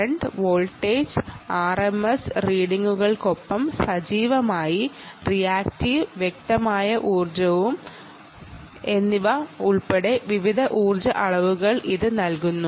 current voltage RMS റീഡിംഗുകൾക്കൊപ്പം സജീവമായ reactive active ഊർജ്ജം എന്നിവ ഉൾപ്പെടെ വിവിധ ഊർജ്ജ അളവുകൾ ഇത് നൽകുന്നു